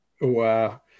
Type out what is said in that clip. Wow